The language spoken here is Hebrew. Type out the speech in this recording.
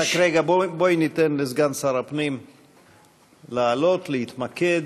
רק רגע, בואי ניתן לסגן שר הפנים לעלות, להתמקד.